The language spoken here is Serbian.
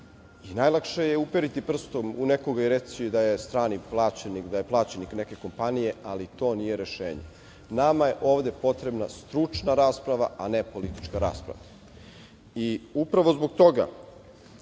Najlakše je uperiti prstom u nekoga i reći da je strani plaćenik, da je plaćenik neke kompanije, ali to nije rešenje. Nama je ovde potrebna stručna rasprava, a ne politička rasprava. Upravo zbog toga